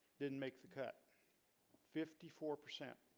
didn't make the cut fifty four percent